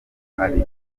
ari